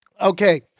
Okay